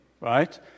right